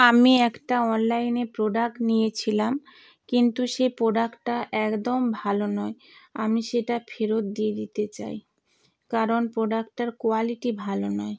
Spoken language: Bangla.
আমি একটা অনলাইনে প্রোডাক্ট নিয়েছিলাম কিন্তু সেই প্রোডাক্টটা একদম ভালো নয় আমি সেটা ফেরত দিয়ে দিতে চাই কারণ প্রোডাক্টটার কোয়ালিটি ভালো নয়